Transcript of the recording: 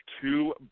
two